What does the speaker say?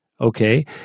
okay